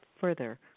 further